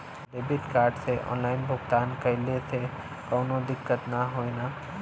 Debit card से online भुगतान कइले से काउनो दिक्कत ना होई न?